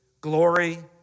glory